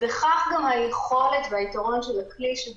ובכך גם היכולת והיתרון של הכלי שהוא